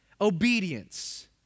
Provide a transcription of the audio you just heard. Obedience